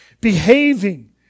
behaving